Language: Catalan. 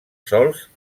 sols